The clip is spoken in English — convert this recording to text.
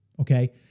Okay